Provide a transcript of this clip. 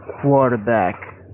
Quarterback